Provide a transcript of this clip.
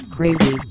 Crazy